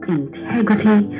integrity